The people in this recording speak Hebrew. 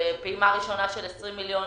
רמת אליהו בראשון לציון,